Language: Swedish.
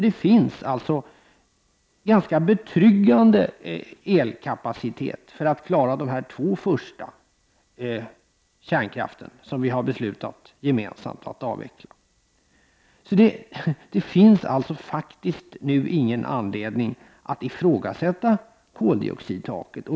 Det finns alltså ganska betryggande elkapacitet för att klara avvecklingen av de två första kärnkraftverken som vi gemensamt har beslutat att avveckla. Det finns alltså inte någon anledning att nu ifrågasätta koldioxidtaket.